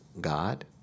God